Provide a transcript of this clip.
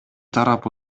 тарап